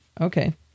Okay